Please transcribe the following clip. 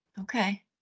Okay